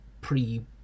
pre